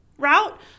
route